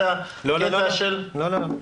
לא, לא.